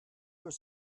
was